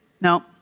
No